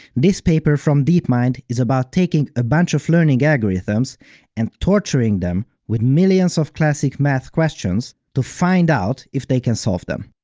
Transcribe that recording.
this paper from deepmind is about taking a bunch of learning algorithms and torturing them with millions of classic math questions to find out if they can solve them.